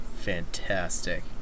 fantastic